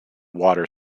water